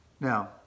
Now